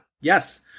Yes